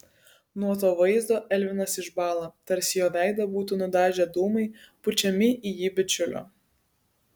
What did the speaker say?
nuo to vaizdo elvinas išbąla tarsi jo veidą būtų nudažę dūmai pučiami į jį bičiulio